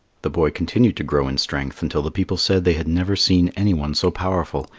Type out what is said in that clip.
the boy continued to grow in strength until the people said they had never seen anyone so powerful.